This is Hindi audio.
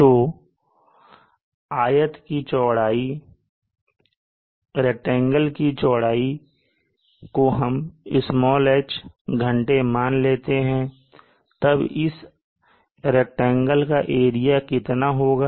तो आयत की चौड़ाई को हम "h" घंटे मान लेते हैं तब इस आयत का एरिया कितना होगा